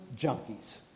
junkies